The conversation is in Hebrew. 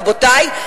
רבותי,